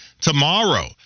tomorrow